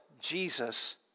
Jesus